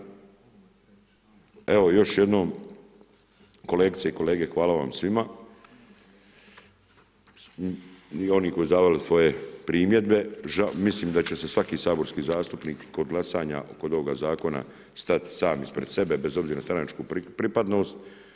Evo, još jednom kolegice i kolege hvala vam svima i oni koji su davali svoje primjedbe, mislim da će se svaki saborski zastupnik kod glasanja kod ovoga Zakona stat sam ispred sebe, bez obzira na stranačku pripadnost.